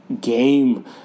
game